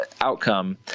outcome